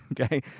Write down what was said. Okay